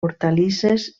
hortalisses